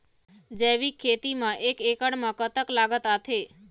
जैविक खेती म एक एकड़ म कतक लागत आथे?